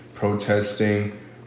protesting